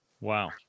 Wow